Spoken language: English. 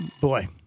boy